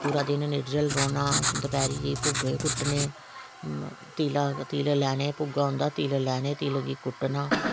पुरा दिन निर्जल रौहना दपैहरी जेही भुग्गे कुट्टने भुग्गा होंदा तिल लेने तिलें गी कुट्टना